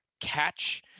catch